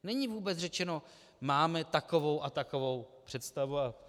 Není vůbec řečeno: máme takovou a takovou představu.